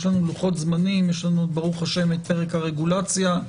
יש לוחות זמנים, יש ב"ה פרק הרגולציה.